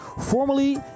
formally